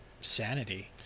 sanity